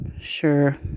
Sure